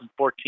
2014